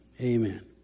amen